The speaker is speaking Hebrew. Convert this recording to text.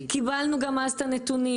קיבלנו גם אז את הנתונים,